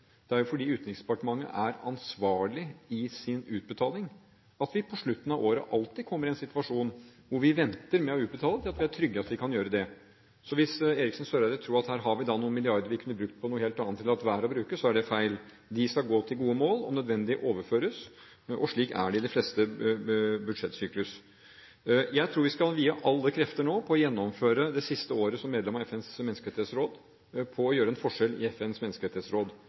Det er jo fordi Utenriksdepartementet er ansvarlig i sin utbetaling at vi på slutten av året alltid kommer i en situasjon hvor vi venter med å utbetale til vi er trygge på at vi kan gjøre det. Så hvis Eriksen Søreide tror vi har noen milliarder vi kunne brukt på noe helt annet, eller latt være å bruke, er det feil. De skal gå til gode formål, om nødvendig overføres, og slik er det i de fleste budsjettsykluser. Jeg tror vi nå skal vie alle krefter til å gjennomføre det siste året som medlem av FNs menneskerettighetsråd og gjøre en forskjell i FNs menneskerettighetsråd.